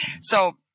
So-